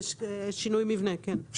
זה שינוי מבנה, כן.